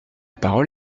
parole